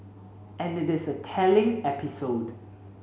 and it is a telling episode